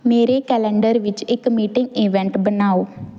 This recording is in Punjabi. ਮੇਰੇ ਕੈਲੰਡਰ ਵਿੱਚ ਇੱਕ ਮੀਟਿੰਗ ਇਵੈਂਟ ਬਣਾਓ